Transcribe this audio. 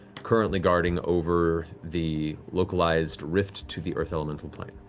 currently guarding over the localized rift to the earth elemental plane.